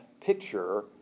picture